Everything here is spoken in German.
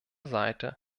seite